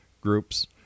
groups